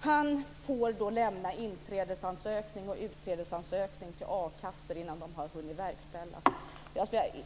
Han får lämna inträdesansökning och utträdesansökning till a-kassor innan de har hunnit verkställas.